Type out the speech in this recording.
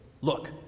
Look